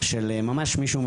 של ממש מישהו,